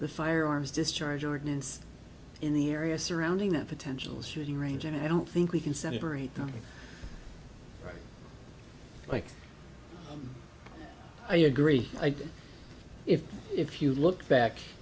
the firearms discharge ordinance in the area surrounding a potential shooting range and i don't think we can separate them mike i agree if if you look back